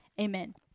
amen